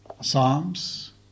psalms